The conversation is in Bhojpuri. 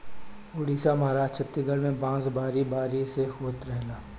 उड़ीसा, महाराष्ट्र, छतीसगढ़ में बांस बारी बारी से होत रहेला